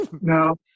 no